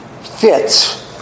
fits